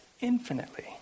infinitely